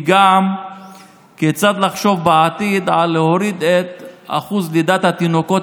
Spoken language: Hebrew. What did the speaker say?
והוא לחשוב כיצד בעתיד להוריד את שיעור לידת התינוקות